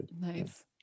Nice